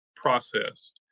Process